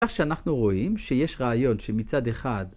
כך שאנחנו רואים שיש ראיות שמצד אחד